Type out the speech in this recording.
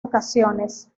ocasiones